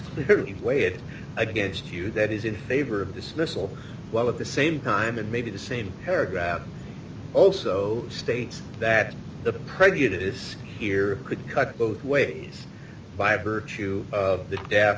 does weigh it against you that is in favor of dismissal while at the same time and maybe the same paragraph also states that the prejudice here could cut both ways by virtue of the